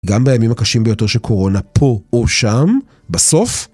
גם בימים הקשים ביותר של קורונה פה או שם, בסוף...